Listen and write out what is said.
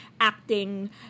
acting